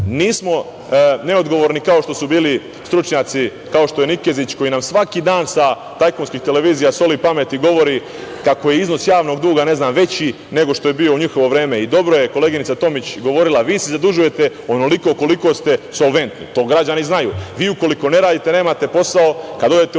Nismo neodgovorni kao što su bili stručnjaci, kao što je Nikezić koji nam svaki dan sa tajkunskih televizija soli pamet i govori kako je iznos javnog duga, ne znam, veći nego što je bio u njihovo vreme. Dobro je koleginica Tomić govorila, vi se zadužujete onoliko koliko ste solventni, to građani znaju. Vi ukoliko ne radite, nemate posao,